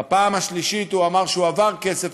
בפעם השלישית הוא אמר שהועבר כסף,